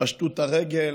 פשטו את הרגל,